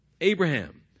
Abraham